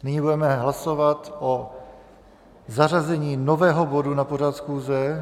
Nyní budeme hlasovat o zařazení nového bodu na pořad schůze.